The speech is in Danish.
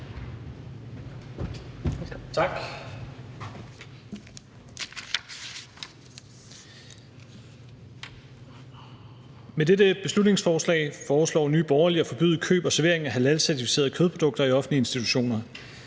Med dette beslutningsforslag foreslår Nye Borgerlige at forbyde køb og servering af halalcertificerede kødprodukter i offentlige institutioner.